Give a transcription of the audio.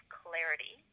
clarity